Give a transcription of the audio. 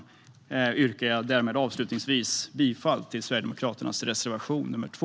Därför yrkar jag avslutningsvis bifall till Sverigedemokraternas reservation nr 2.